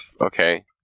okay